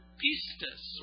pistis